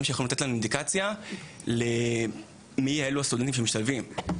שיכולים לתת לנו אינדיקציה על מי הם הסטודנטים שמשתלבים,